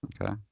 Okay